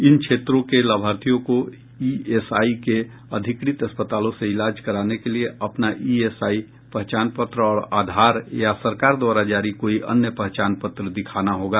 इन क्षेत्रों के लाभार्थियों को ईएसआई के अधिकृत अस्पतालों से इलाज कराने के लिए अपना ईएसआई पहचान पत्र और आधार या सरकार द्वारा जारी कोई अन्य पहचान पत्र दिखाना होगा